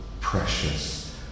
precious